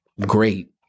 great